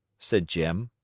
said jim.